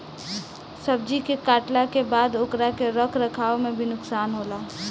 सब्जी के काटला के बाद ओकरा के रख रखाव में भी नुकसान होला